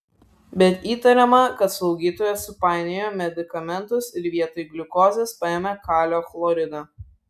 bet įtariama kad slaugytoja supainiojo medikamentus ir vietoj gliukozės paėmė kalio chloridą